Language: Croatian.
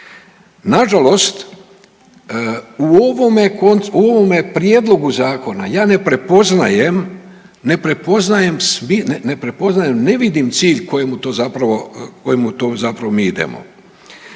Nažalost, u ovome prijedlogu zakona ja ne prepoznajem, ne prepoznajem, ne prepoznajem,